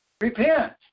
repent